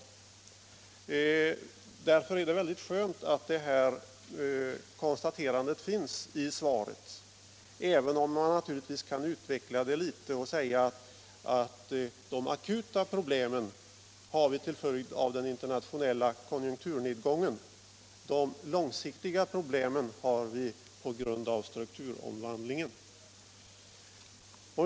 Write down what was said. Därför är det mycket skönt att det här konstaterandet görs i svaret, även om man naturligtvis kan utveckla det litet genom att säga att de akuta problemen beror på den internationella konjunkturnedgången medan de långsiktiga problemen beror på strukturomvandlingen.